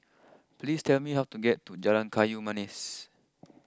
please tell me how to get to Jalan Kayu Manis